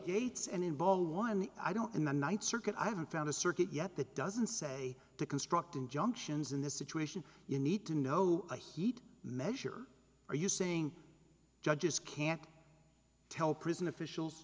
gates and bowl one i don't in the ninth circuit i haven't found a circuit yet that doesn't say to construct injunctions in the situation you need to know the heat measure are you saying judges can't tell prison officials